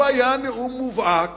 הוא היה נאום מובהק